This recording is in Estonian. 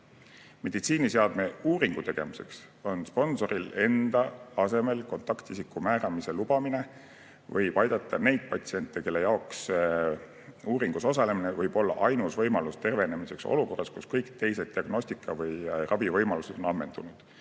alanemise. Meditsiiniseadme uuringu tegemiseks sponsoril enda asemel kontaktisiku määramise lubamine võib aidata neid patsiente, kelle jaoks uuringus osalemine võib olla ainus võimalus terveneda olukorras, kus kõik teised diagnostika‑ või ravivõimalused on ammendunud,